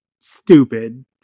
stupid